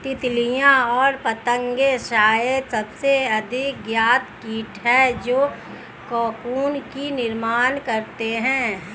तितलियाँ और पतंगे शायद सबसे अधिक ज्ञात कीट हैं जो कोकून का निर्माण करते हैं